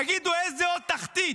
תגידו: לאיזו עוד תחתית,